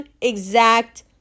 exact